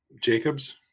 Jacobs